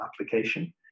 application